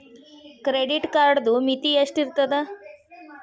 Credit ಕಾರ್ಡದು ಮಿತಿ ಎಷ್ಟ ಇರ್ತದ?